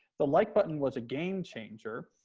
the like button was a game changer.